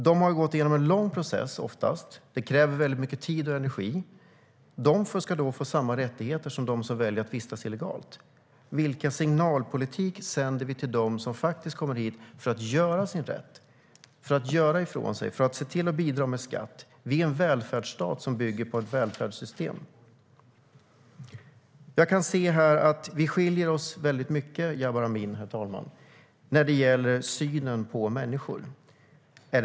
De har oftast gått igenom en lång process som kräver mycket tid och energi och ska då få samma rättigheter som de som väljer att vistas här illegalt. Vilka signaler sänder politiken till dem som kommer hit för att göra rätt för sig och för att se till att bidra med skatt? Sverige är en välfärdsstat som bygger på ett välfärdssystem. Jag kan se att det finns mycket som skiljer mig och Jabar Amin åt när det gäller synen på människor.